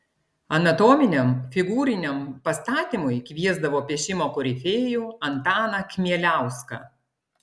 anatominiam figūriniam pastatymui kviesdavo piešimo korifėjų antaną kmieliauską